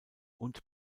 und